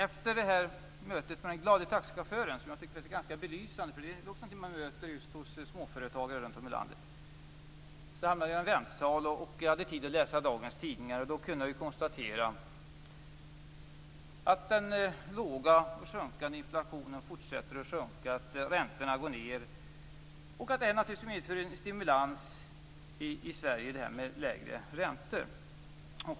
Efter mötet med den glade taxichauffören - som jag tyckte var ganska belysande eftersom det ju är någonting man möter hos småföretagare runt om i landet - hamnade jag i en väntsal och hade tid att läsa dagens tidningar.